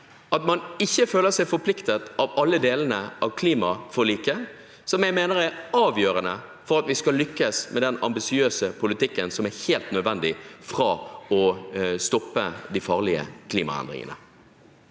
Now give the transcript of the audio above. at man ikke føler seg forpliktet av alle delene av klimaforliket, som jeg mener er avgjørende for at vi skal lykkes med den ambisiøse politikken som er helt nødvendig for å stoppe de farlige klimaendringene.